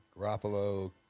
Garoppolo